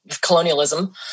colonialism